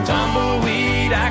Tumbleweed